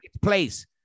place